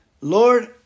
Lord